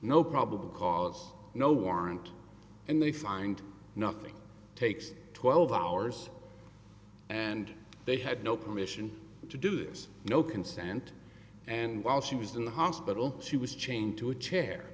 no probable cause no warrant and they find nothing takes twelve hours and they had no permission to do this no consent and while she was in the hospital she was chained to a chair